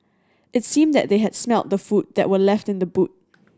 it seemed that they had smelt the food that were left in the boot